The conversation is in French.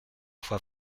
fois